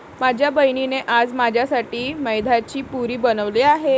माझ्या बहिणीने आज माझ्यासाठी मैद्याची पुरी बनवली आहे